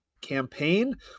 campaign